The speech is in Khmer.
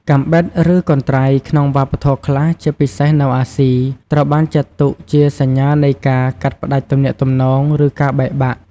កាំបិត ឬកន្ត្រៃ ក្នុងវប្បធម៌ខ្លះ ជាពិសេសនៅអាស៊ី ត្រូវបានចាត់ទុកជាសញ្ញានៃការ កាត់ផ្តាច់ទំនាក់ទំនង ឬការបែកបាក់។